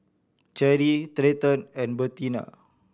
Cherri Treyton and Bertina